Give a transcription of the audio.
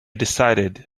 decided